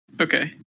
okay